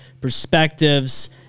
Perspectives